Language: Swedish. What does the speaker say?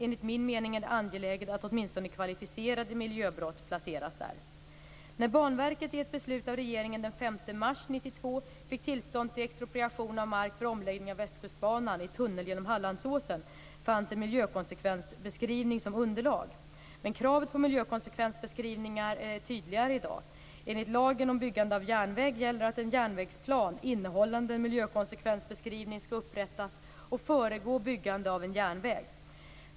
Enligt min mening är det angeläget att åtminstone kvalificerade miljöbrott placeras där. mars 1992 fick tillstånd till expropriation av mark för omläggning av Västkustbanan i tunnel genom Hallandsåsen fanns en miljökonsekvensbeskrivning som underlag. Kravet på miljökonsekvensbeskrivningar är dock tydligare i dag. Enligt lagen om byggande av järnväg gäller att en järnvägsplan innehållande en miljökonsekvensbeskrivning skall upprättas och föregå byggande av en järnväg.